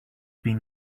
been